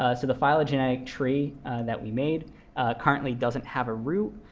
ah the phylogenetic tree that we made currently doesn't have a root.